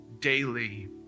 daily